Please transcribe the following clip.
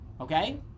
okay